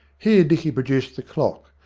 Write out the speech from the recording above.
here dicky produced the clock,